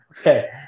Okay